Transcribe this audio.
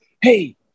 hey